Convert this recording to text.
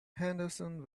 henderson